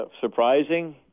surprising